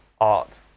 art